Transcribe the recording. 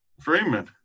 Freeman